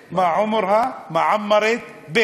מעולם, )